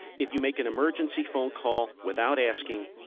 if you make an emergency phone call without asking,